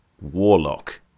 Warlock